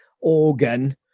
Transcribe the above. organ